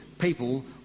people